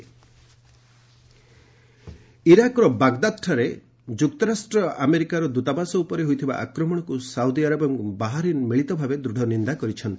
Rex US embassy ଇରାକର ବାଗଦାଦଠାରେ ଯୁକ୍ତରାଷ୍ଟ୍ର ଆମେରିକାର ଦୃତାବାସ ଉପରେ ହୋଇଥିବା ଆକ୍ମଣକୁ ସାଉଦି ଆରବ ଏବଂ ବାହାରିନ୍ ମିଳିତ ଭାବେ ଦୂଢ଼ ନିନ୍ଦା କରିଛନ୍ତି